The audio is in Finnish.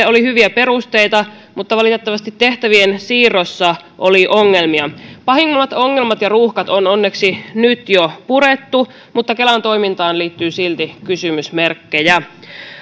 oli hyviä perusteita mutta valitettavasti tehtävien siirrossa oli ongelmia pahimmat ongelmat ja ruuhkat on onneksi nyt jo purettu mutta kelan toimintaan liittyy silti kysymysmerkkejä